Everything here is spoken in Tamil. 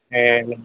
வேறு